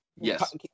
Yes